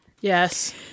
Yes